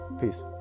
Peace